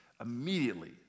immediately